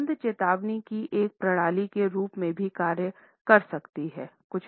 गंध चेतावनी की एक प्रणाली के रूप में भी कार्य कर सकती है